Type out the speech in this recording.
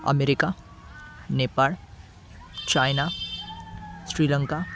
America Nepal China Sri Lanka